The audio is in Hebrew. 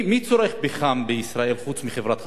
מי צורך פחם בישראל חוץ מחברת חשמל?